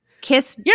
Kiss